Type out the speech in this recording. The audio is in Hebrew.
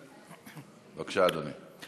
בבקשה, אדוני.